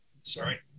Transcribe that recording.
Sorry